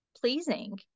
pleasing